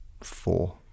four